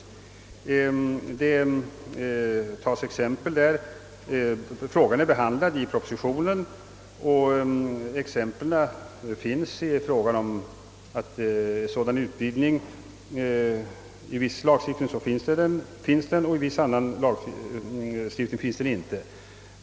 Frågan är behandlad i propositionen, och där nämnes att i viss lagstiftning finns sådan utvidgning medtagen medan den saknas i annan lagstiftning.